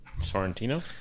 Sorrentino